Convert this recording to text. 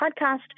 podcast